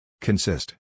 Consist